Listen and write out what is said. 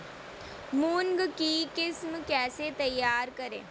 मूंग की किस्म कैसे तैयार करें?